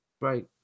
right